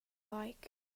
like